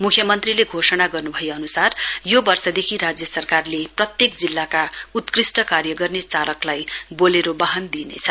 मुख्यमन्त्रीले घोषणा गर्नु भएअनुसार यो वर्षदेखि राज्य सरकारले प्रत्येक जिल्लाका उत्कृष्ट कार्य गर्ने चालकलाई बोलेरो वाहन दिइनेछ